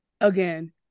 again